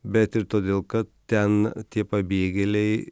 bet ir todėl kad ten tie pabėgėliai